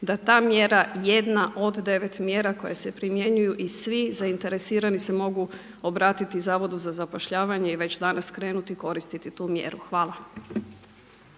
je ta mjera jedna od 9 mjera koje se primjenjuju i svi zainteresirani se mogu obratiti Zavodu za zapošljavanje i već danas krenuti koristiti tu mjeru. Hvala.